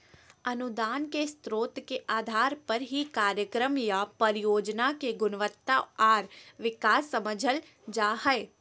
अनुदान के स्रोत के आधार पर ही कार्यक्रम या परियोजना के गुणवत्ता आर विकास समझल जा हय